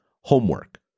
homework